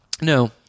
no